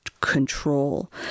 control